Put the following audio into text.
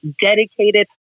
dedicated